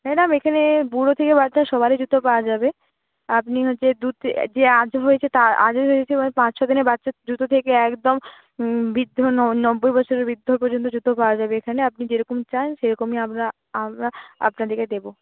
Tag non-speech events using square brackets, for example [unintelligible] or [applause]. madam এখানে বুড়ো থেকে বাচ্চা সবারই জুতো পাওয়া যাবে আপনি হচ্ছে [unintelligible] যে আসবে [unintelligible] তার আসবে [unintelligible] পাঁচ ছ দিনের বাচ্চার জুতো থেকে একদম বৃদ্ধ নব্বই বছরের বৃদ্ধর পর্যন্ত জুতো পাওয়া যাবে এখানে আপনি যেরকম চান সেরকমই আমরা আমরা আপনাদেরকে দেবো